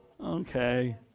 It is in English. Okay